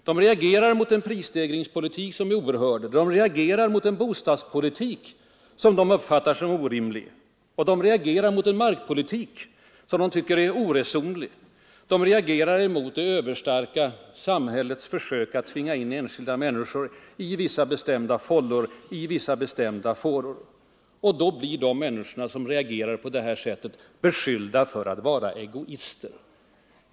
De — reagerar mot en prisstegringspolitik som är oerhörd, de reagerar mot en bostadspolitik som de uppfattar som orimlig, de reagerar mot en markpolitik som de tycker är oresonlig, de reagerar mot det överstarka samhällets försök att tvinga in enskilda människor i vissa bestämda fållor eller fåror. Och då blir de människorna, som reagerar på det sättet, beskylda för att vara egoister.